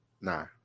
Nah